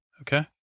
Okay